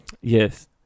Yes